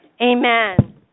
Amen